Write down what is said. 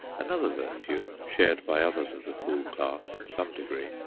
another virtue, shared by others of the cool class in some degree,